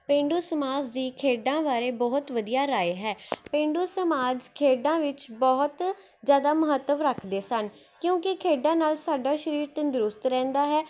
ਪੇਂਡੂ ਸਮਾਜ ਦੀ ਖੇਡਾਂ ਬਾਰੇ ਬਹੁਤ ਵਧੀਆ ਰਾਏ ਹੈ ਪੇਂਡੂ ਸਮਾਜ ਖੇਡਾਂ ਵਿੱਚ ਬਹੁਤ ਜ਼ਿਆਦਾ ਮਹੱਤਵ ਰੱਖਦੇ ਸਨ ਕਿਉਂਕਿ ਖੇਡਾਂ ਨਾਲ਼ ਸਾਡਾ ਸਰੀਰ ਤੰਦਰੁਸਤ ਰਹਿੰਦਾ ਹੈ